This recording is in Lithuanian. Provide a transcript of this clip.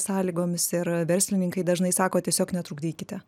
sąlygomis ir verslininkai dažnai sako tiesiog netrukdykite